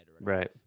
right